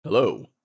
Hello